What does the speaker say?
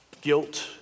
Guilt